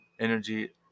energy